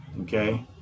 Okay